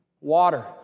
water